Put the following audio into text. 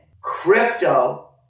Crypto